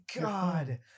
God